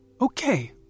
Okay